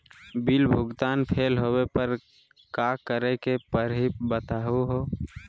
Bill भुगतान fail होवे पर का करै परही, बताहु हो?